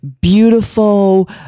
beautiful